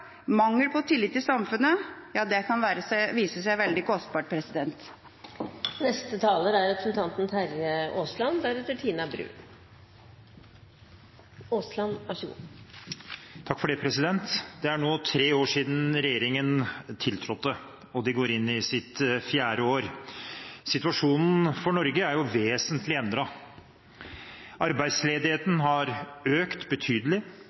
Mangel på tillit i samfunnet kan vise seg å være veldig kostbart. Det er nå tre år siden regjeringen tiltrådte, og den går inn i sitt fjerde år. Situasjonen for Norge er vesentlig endret. Arbeidsledigheten har økt betydelig,